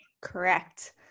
Correct